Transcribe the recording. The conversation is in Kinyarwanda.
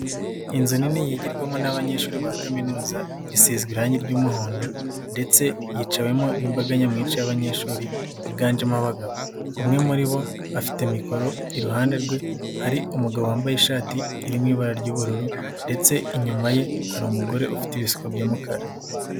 Inzu nini yigirwamo n'abanyeshuri ba kaminuza, isizwe irangi ry'umuhondo ndetse yiciwemo n'imbaga nyamwinshi y'abanyeshuri higanjemo abagabo. Umwe muri bo afite mikoro iruhande rwe, hari umugabo wambaye ishati iri mu ibara ry'ubururu ndetse inyuma ye hari umugore ufite ibisuko by'umukara.